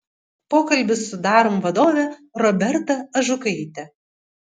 pokalbis su darom vadove roberta ažukaite